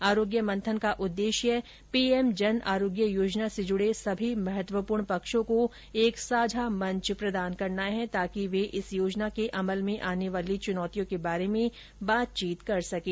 आरोग्य मंथन का उद्देश्य पीएम जन आरोग्य योजना से जुड़े सभी महत्वपूर्ण पक्षों को एक साझा मंच प्रदान करना है ताकि वे इस योजना के अमल में आने वाली चुनौतियों के बारे में बातचीत कर सकें